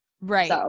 Right